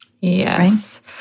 Yes